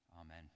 Amen